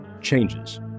changes